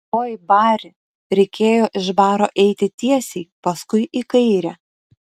oi bari reikėjo iš baro eiti tiesiai paskui į kairę